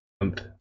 month